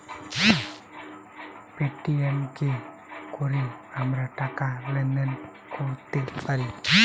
Paytm এ কোরে আমরা টাকা লেনদেন কোরতে পারি